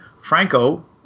Franco